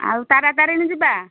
ଆଉ ତାରାତାରିଣୀ ଯିବା